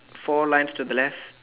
four lines to the left